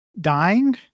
dying